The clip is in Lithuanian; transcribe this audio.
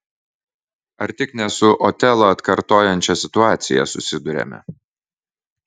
ar tik ne su otelą atkartojančia situacija susiduriame